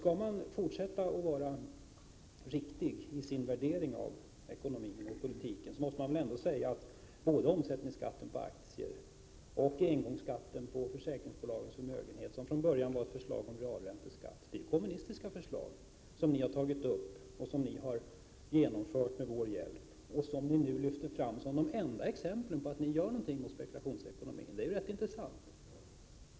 Skall man vara uppriktig i sin värdering av ekonomin och politiken måste man ändå säga att både omsättningsskatten på aktier och engångsskatten på försäkringsbolagens förmögenhet, som från början var ett förslag om realränteskatt, är kommunistiska förslag som ni har gjort till era och som ni har genomfört med vår hjälp. Nu visar ni upp dessa som de enda exemplen på att ni gör någonting mot spekulationsekonomin. Det är rätt intressant.